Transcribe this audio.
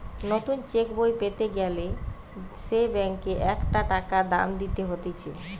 নতুন চেক বই পেতে গ্যালে সে ব্যাংকে একটা টাকা দাম দিতে হতিছে